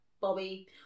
Bobby